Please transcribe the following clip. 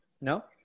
No